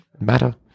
matter